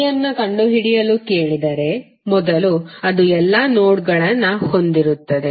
ಟ್ರೀಯನ್ನು ಕಂಡುಹಿಡಿಯಲು ಕೇಳಿದರೆ ಮೊದಲು ಅದು ಎಲ್ಲಾ ನೋಡ್ಗಳನ್ನು ಹೊಂದಿರುತ್ತದೆ